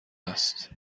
است